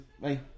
Bye